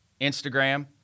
Instagram